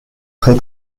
très